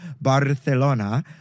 Barcelona